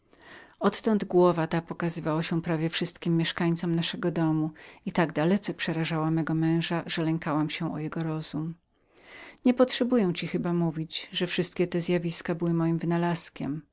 odtąd ta sama głowa pokazywała się prawie wszystkim mieszkańcom naszego domu i tak dalece przerażała mego męża że lękałam się o jego rozum nie potrzebuję panu mówić że wszystkie te zjawiska były mego wynalazku